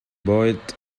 boat